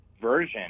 version